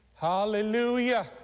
Hallelujah